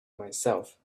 myself